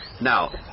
Now